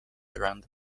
around